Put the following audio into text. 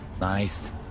Nice